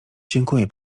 dziękuję